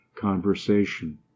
conversation